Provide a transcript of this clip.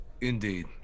Indeed